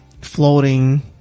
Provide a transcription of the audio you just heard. floating